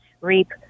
reap